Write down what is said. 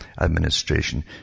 administration